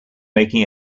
making